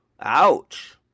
ouch